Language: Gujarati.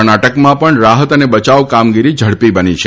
કર્ણાટકમાં પણ રાહત અને બચાવ કામગીરી ઝડપી બની છે